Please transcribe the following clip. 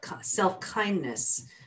self-kindness